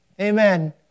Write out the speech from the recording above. Amen